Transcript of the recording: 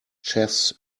chess